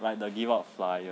like to give out flyer